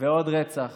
ועוד רצח